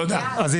לכן,